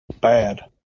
bad